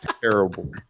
Terrible